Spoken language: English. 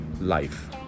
Life